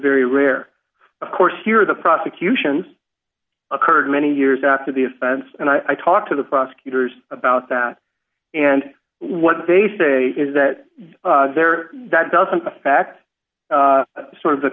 very rare of course here the prosecutions occurred many years after the offense and i talked to the prosecutors about that and what they say is that there that doesn't affect sort of the